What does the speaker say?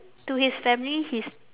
to his family he's